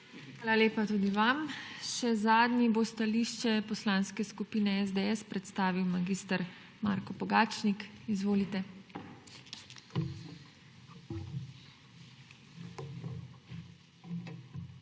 Hvala lepa tudi vam. Še zadnji bo stališče Poslanske skupine SDS predstavil mag. Marko Pogačnik. Izvolite. **MAG.